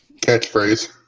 Catchphrase